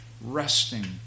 resting